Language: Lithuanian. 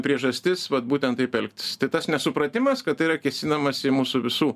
priežastis vat būtent taip elgtis tik tas nesupratimas kad tai yra kėsinamasi į mūsų visų